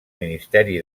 ministeri